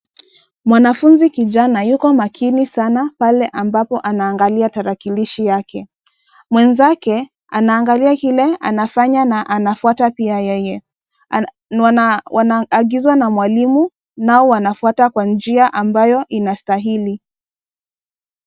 Mwanafunzi kijana, yuko makini sana pale ambapo anaangalia tarakilishi yake, mwenzake anaangalia kile anafanya na anafuata pia yeye, ana, wana, wanaagizwa na mwalimu, nao wanafuata kwa njia ambayo inastahili.